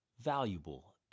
valuable